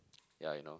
ya I know